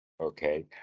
Okay